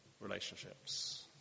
relationships